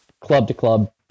club-to-club